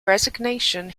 resignation